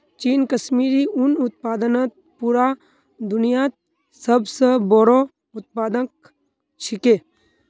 चीन कश्मीरी उन उत्पादनत पूरा दुन्यात सब स बोरो उत्पादक छिके